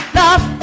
love